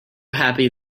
happy